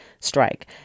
strike